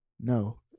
No